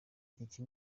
iki